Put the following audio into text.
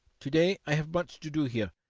to-day i have much to do here,